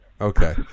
Okay